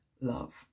love